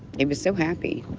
it was so happy.